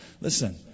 Listen